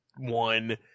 one